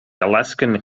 alaskan